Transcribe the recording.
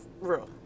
room